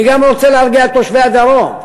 אני גם רוצה להרגיע את תושבי הדרום,